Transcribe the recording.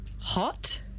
Hot